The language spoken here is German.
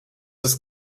ist